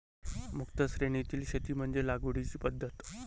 मुक्त श्रेणीतील शेती म्हणजे लागवडीची पद्धत